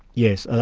yes,